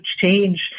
change